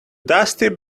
dusty